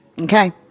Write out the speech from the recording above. okay